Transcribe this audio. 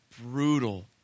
brutal